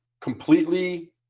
completely